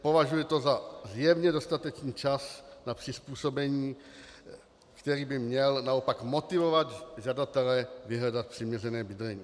Považuji to za zjevně dostatečný čas na přizpůsobení, který by měl naopak motivovat žadatele vyhledat přiměřené bydlení.